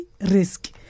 risk